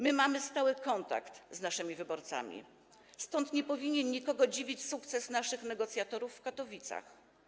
My mamy stały kontakt z naszymi wyborcami, stąd nie powinien nikogo dziwić sukces naszych negocjatorów w Katowicach.